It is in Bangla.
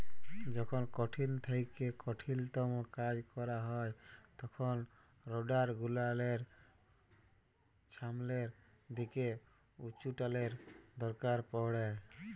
যখল কঠিল থ্যাইকে কঠিলতম কাজ ক্যরা হ্যয় তখল রোডার গুলালের ছামলের দিকে উঁচুটালের দরকার পড়হে